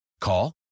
Call